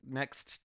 next